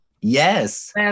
yes